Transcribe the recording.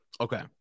Okay